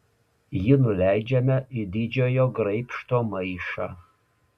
jį nuleidžiame į didžiojo graibšto maišą